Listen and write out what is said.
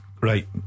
Right